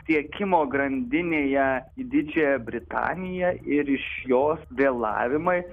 tiekimo grandinėje į didžiąją britaniją ir iš jos vėlavimai